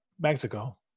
mexico